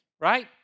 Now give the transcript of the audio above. right